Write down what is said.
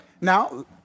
Now